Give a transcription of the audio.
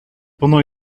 pendant